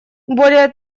более